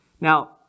Now